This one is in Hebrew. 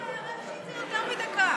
הערה אישית זה יותר מדקה.